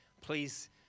Please